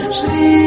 Shri